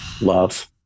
love